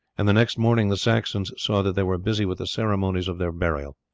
and the next morning the saxons saw that they were busy with the ceremonies of their burial.